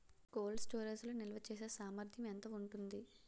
Cold storage లో నిల్వచేసేసామర్థ్యం ఎంత ఉంటుంది?